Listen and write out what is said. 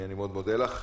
אני מאוד מודה לך.